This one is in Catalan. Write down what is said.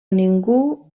ningú